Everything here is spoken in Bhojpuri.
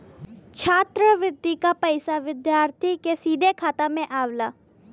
छात्रवृति क पइसा विद्यार्थी के सीधे खाते में आवला